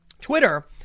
Twitter